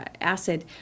acid